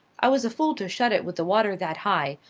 i was a fool to shut it with the water that high,